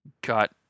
got